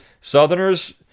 Southerners